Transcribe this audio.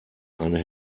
eine